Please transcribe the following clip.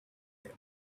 them